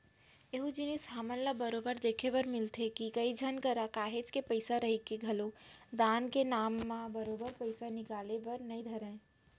एहूँ जिनिस हमन ल बरोबर देखे बर मिलथे के, कई झन करा काहेच के पइसा रहिके घलोक दान के नांव म बरोबर पइसा निकले बर नइ धरय